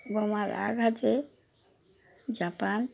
বোমার আঘাতে জাপান